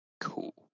cool